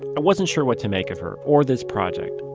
i wasn't sure what to make of her or this project.